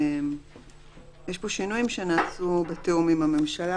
יש פה שינויים שנעשו בתיאום עם הממשלה,